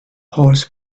horse